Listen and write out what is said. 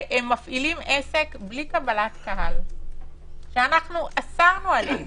שמפעילים עסק בלי קבלת קהל, שאנחנו אסרנו עליהם,